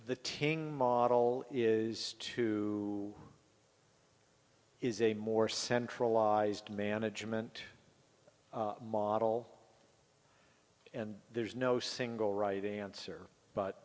the teaching model is to is a more centralized management model and there's no single right answer